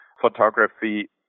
photography